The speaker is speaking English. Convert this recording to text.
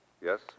Yes